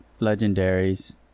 legendaries